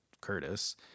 Curtis